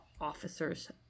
officers